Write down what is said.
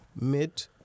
mid